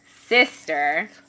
sister